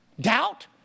doubt